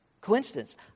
coincidence